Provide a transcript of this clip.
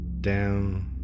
Down